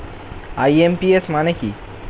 IMPS মানে কি?